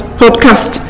podcast